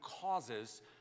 causes